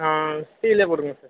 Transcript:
ஸ்டீலே கொடுங்க சார்